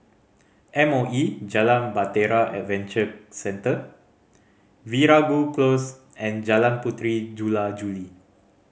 M O E Jalan Bahtera Adventure Centre Veeragoo Close and Jalan Puteri Jula Juli